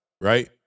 right